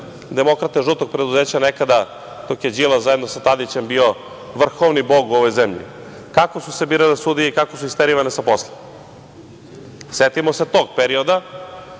demokrate žutog preduzeća nekada, dok je Đilas zajedno sa Tadićem bio vrhovni bog u ovoj zemlji, kako su se birale sudije i kako su isterivane sa posla. Setimo se tog perioda